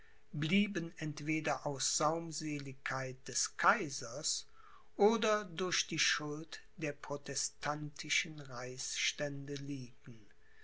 blieben entweder aus saumseligkeit des kaisers oder durch die schuld der protestantischen reichsstände liegen